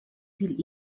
viel